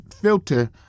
filter